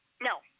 No